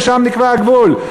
ושם נקבע הגבול.